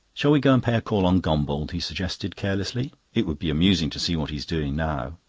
shall we go and pay a call on gombauld? he suggested carelessly. it would be amusing to see what he's doing now.